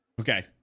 Okay